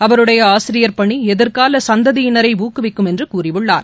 அவருடைய ஆசிரியர் பணி எதிர்கால சந்ததியினரை ஊக்குவிக்கும் என்று கூறியுள்ளார்